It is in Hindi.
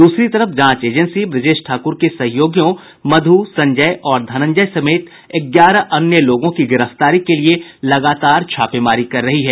दूसरी तरफ जांच एजेंसी ब्रजेश ठाकुर के सहयोगियों मध्र संजय और धनंजय समेत ग्यारह अन्य लोगों की गिरफ्तारी के लिए लगातार छापेमारी कर रही है